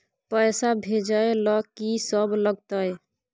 पैसा भेजै ल की सब लगतै?